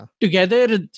together